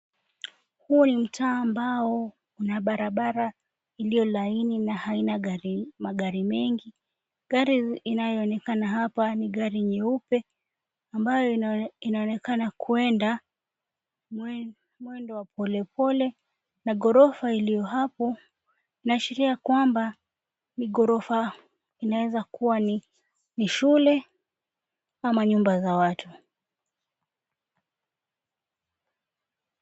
Huu ni mtaa ambao una barabara iliolaini na haina magari mengi. Gari inayonekana hapa ni gari nyeupe ambayo inaonekana kuenda mwendo wa polepole, na gorofa ilio hapo inashiria kwamba ni gorofa inaezakuwa ni shule ama nyumba za watu.